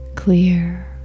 Clear